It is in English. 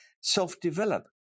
self-develop